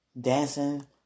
Dancing